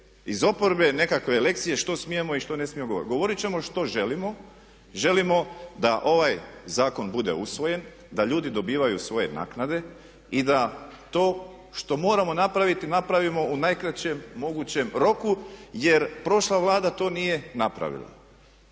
iz oporbe nekakve lekcije što smijemo i što ne smijemo govoriti. Govorit ćemo što želimo, želimo da ovaj zakon bude usvojen, da ljudi dobivaju svoje naknade i da to što moramo napraviti napravimo u najkraćem mogućem roku jer prošla Vlada to nije napravila.